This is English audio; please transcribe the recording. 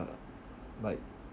uh like